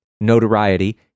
notoriety